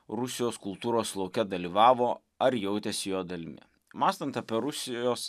rusijos kultūros lauke dalyvavo ar jautėsi jo dalimi mąstant apie rusijos